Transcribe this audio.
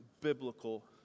biblical